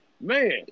man